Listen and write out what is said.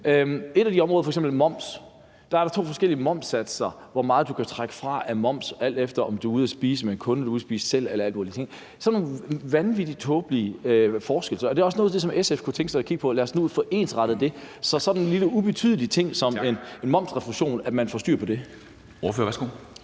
Et af de områder er f.eks. moms. Der er der to forskellige momssatser for, hvor meget du kan trække fra af moms, alt efter om du er ude at spise med en kunde eller du er ude at spise selv eller alle mulige ting. Der er sådan nogle vanvittige, tåbelige forskelle. Er det også noget af det, som SF kunne tænke sig at kigge på? Lad os nu få ensrettet det, så man får styr på sådan en lille, ubetydelig ting som en momsrefusion. Kl. 11:31 Formanden (Henrik Dam